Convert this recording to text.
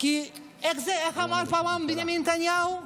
כי איך אמר פעם בנימין נתניהו?